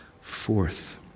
forth